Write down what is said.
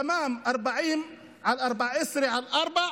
תמ"מ 40/14/4,